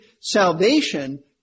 salvation